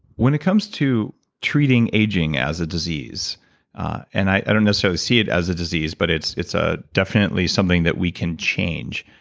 when it comes to treating aging as a disease and i don't necessarily see it as a disease but it's it's ah definitely something that we can change.